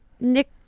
Nick